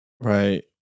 right